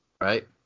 right